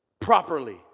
properly